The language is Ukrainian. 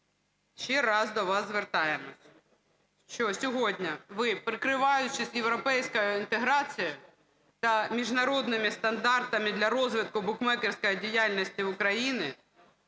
ще раз до вас звертаємося, що сьогодні ви, прикриваючись європейською інтеграцією та міжнародними стандартами для розвитку букмекерської діяльності України,